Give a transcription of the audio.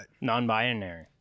non-binary